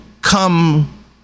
come